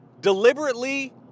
deliberately